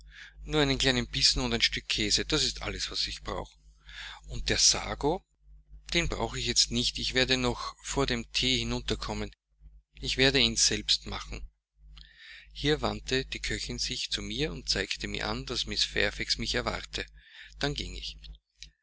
nur einen kleinen bissen und ein stück käse das ist alles was ich brauche und der sago den brauche ich jetzt nicht ich werde noch vor dem thee hinunterkommen ich werde ihn selbst machen hier wandte die köchin sich zu mir und zeigte mir an daß mrs fairfax mich erwarte dann ging ich